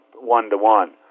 one-to-one